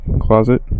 closet